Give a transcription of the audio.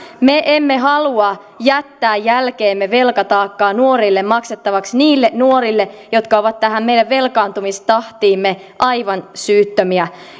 me emme halua jättää jälkeemme velkataakkaa nuorille maksettavaksi niille nuorille jotka ovat tähän meidän velkaantumistahtiimme aivan syyttömiä